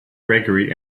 gregory